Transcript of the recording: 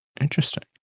interesting